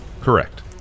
Correct